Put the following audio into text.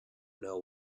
know